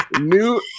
new